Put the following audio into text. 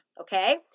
okay